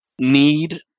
need